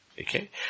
Okay